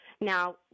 Now